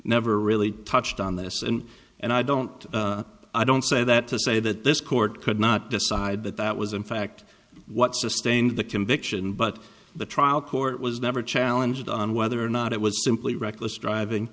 never really touched on this and i don't i don't say that to say that this court could not decide that that was in fact what sustained the conviction but the trial court was never challenged on whether or not it was simply reckless driving